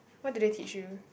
what do they teach you